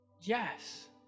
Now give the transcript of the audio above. Yes